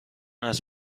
است